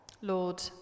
Lord